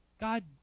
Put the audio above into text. God